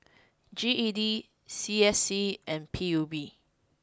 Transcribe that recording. G E D C S C and P U B